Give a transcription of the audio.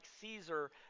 Caesar